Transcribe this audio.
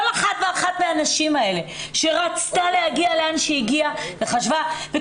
אחת ואחת מהנשים האלה שרצתה להגיע לאן שהגיעה וכל